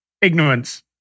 Ignorance